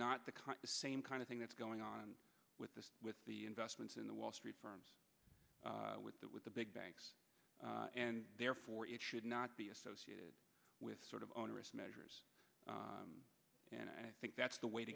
of same kind of thing that's going on with the with the investments in the wall street firms with the with the big banks and therefore it should not be associated with sort of onerous measures and i think that's the way